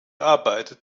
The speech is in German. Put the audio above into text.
arbeitet